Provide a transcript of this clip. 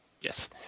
Yes